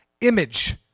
image